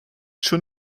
schon